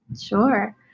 Sure